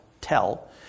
tell